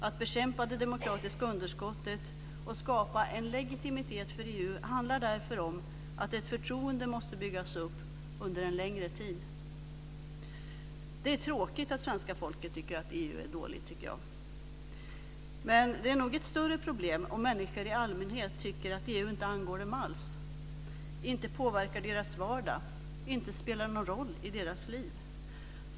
Att bekämpa det demokratiska underskottet och skapa en legitimitet för EU handlar därför om att ett förtroende måste byggas upp under en längre tid. Det är tråkigt att svenska folket tycker att EU är dåligt. Men det är nog ett större problem om människor i allmänhet tycker att EU inte angår dem alls, inte påverkar deras vardag, inte spelar någon roll i deras liv.